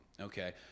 Okay